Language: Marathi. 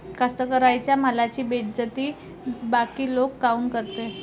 कास्तकाराइच्या मालाची बेइज्जती बाकी लोक काऊन करते?